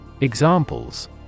Examples